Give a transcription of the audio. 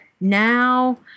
Now